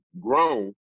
grown